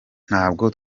ntabwo